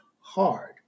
hard